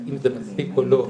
אם זה מספיק או לא,